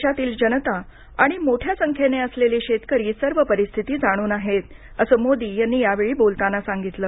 देशातील जनता आणि मोठ्या संख्येने असलेले शेतकरी सर्व परिस्थिती जाणून आहेत असं मोदी यांनी यावेळी बोलताना सांगितलं